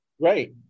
right